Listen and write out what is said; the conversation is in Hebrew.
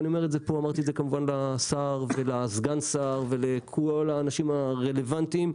אמרתי לשר ולסגן שר ולכל האנשים הרלוונטיים,